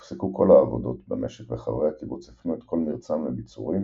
הופסקו כל העבודות במשק וחברי הקיבוץ הפנו את כל מרצם לביצורים,